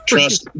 Trust